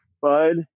bud